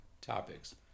topics